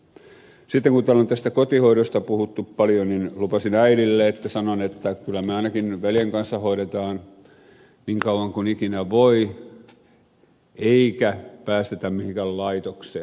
sitten kun täällä on tästä kotihoidosta puhuttu paljon niin lupasin äidille että sanon että kyllä me ainakin veljen kanssa hoidetaan niin kauan kuin ikinä voi eikä päästetä mihinkään laitokseen